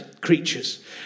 creatures